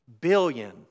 billion